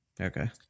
Okay